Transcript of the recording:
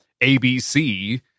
ABC